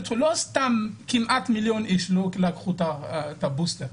לא סתם כמיליון איש לא לקחו את הבוסטר.